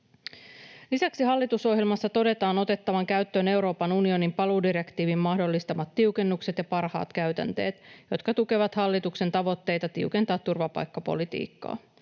Lisäksi hallitusohjelmassa todetaan otettavan käyttöön Euroopan unionin paluudirektiivin mahdollistamat tiukennukset ja parhaat käytänteet, jotka tukevat hallituksen tavoitteita tiukentaa turvapaikkapolitiikkaa.